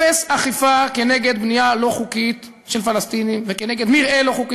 אפס אכיפה נגד בנייה לא חוקית של פלסטינים ונגד מרעה לא חוקי